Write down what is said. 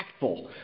impactful